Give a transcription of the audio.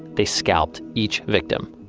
they scalped each victim.